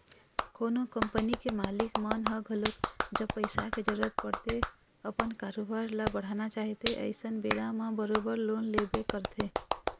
कोनो कंपनी के मालिक मन ह घलोक जब पइसा के जरुरत पड़थे अपन कारोबार ल बढ़ाना चाहथे अइसन बेरा म बरोबर लोन लेबे करथे